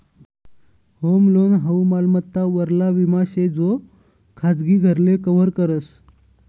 home loan हाऊ मालमत्ता वरला विमा शे जो खाजगी घरले कव्हर करस